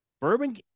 bourbon